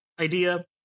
idea